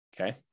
okay